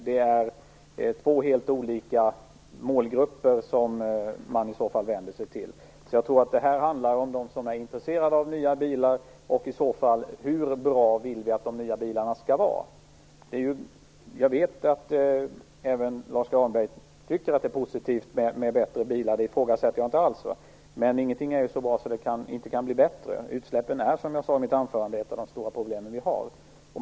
Det är två helt olika målgrupper som man vänder sig till. Det här handlar om dem som är intresserade av nya bilar och om hur bra vi vill att de här nya bilarna skall vara. Jag vet att även Lars U Granberg tycker att det är positivt med bättre bilar, det ifrågasätter jag inte alls, men ingenting är ju så bra att det inte kan bli bättre. Utsläppen är, som jag sade i mitt anförande, ett av de stora problem som vi har.